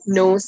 no